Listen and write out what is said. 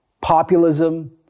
populism